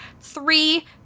three